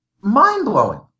mind-blowing